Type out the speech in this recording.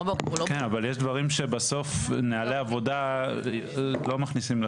אבל יש דברים שבסוף נהלי עבודה לא מכניסים לחוק.